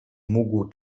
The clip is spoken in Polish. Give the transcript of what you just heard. mógł